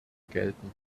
gelten